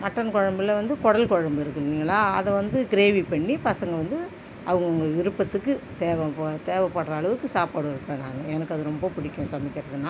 mutton குழம்புல வந்து குடல் குழம்பு இருக்கு இல்லைங்களா அதை வந்து க்ரேவி பண்ணி பசங்கள் வந்து அவங்கவங்க விருப்பத்துக்கு தேவைப்ப தேவைப்படுற அளவுக்கு சாப்பாடு வைப்பேன் நாங்கள் எனக்கு அது ரொம்ப பிடிக்கும் சமைக்கிறதுனா